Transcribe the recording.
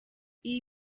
iyi